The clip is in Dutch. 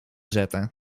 zetten